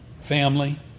family